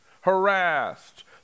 harassed